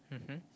mmhmm